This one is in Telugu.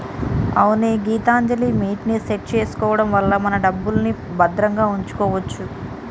అవునే గీతాంజలిమిట్ ని సెట్ చేసుకోవడం వల్ల మన డబ్బుని భద్రంగా ఉంచుకోవచ్చు